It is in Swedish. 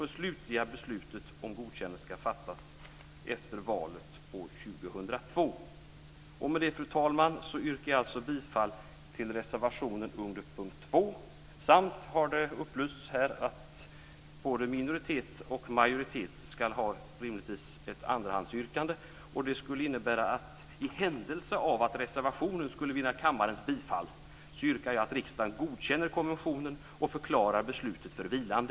Det slutliga beslutet om godkännande ska fattas efter valet år 2002. Med det, fru talman, yrkar jag alltså bifall till reservationen under punkt 1. Jag har upplysts om att både minoritet och majoritet ska ha ett andrahandsyrkande, och det skulle innebära att jag i händelse av att reservationen skulle vinna kammarens bifall yrkar att riksdagen godkänner konventionen och förklarar beslutet för vilande.